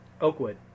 Oakwood